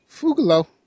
Fugalo